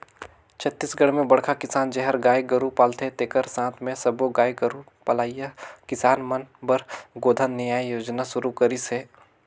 छत्तीसगढ़ में बड़खा किसान जेहर गाय गोरू पालथे तेखर साथ मे सब्बो गाय गोरू पलइया किसान मन बर गोधन न्याय योजना सुरू करिस हे